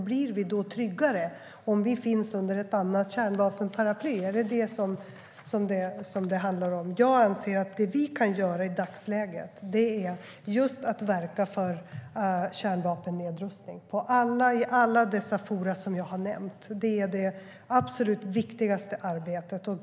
Blir vi då tryggare om vi finns under ett annat kärnvapenparaply? Är det detta som det handlar om? Jag anser att det vi kan göra i dagsläget är att verka för kärnvapennedrustning i alla de forum som jag har nämnt. Det är det absolut viktigaste arbetet.